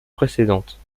précédente